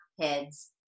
heads